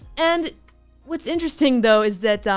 and what's interesting though, is that.